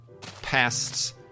past